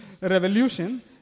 revolution